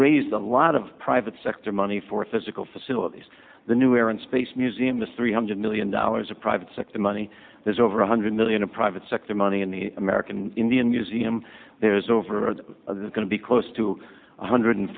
raised a lot of private sector money for physical facilities the new air and space museum is three hundred million dollars a private sector money there's over one hundred million a private sector money in the american indian museum there is over there going to be close to one hundred